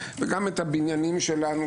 וגם את הבניינים שלנו,